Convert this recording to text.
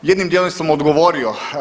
Jednim dijelom sam odgovorio.